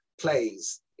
plays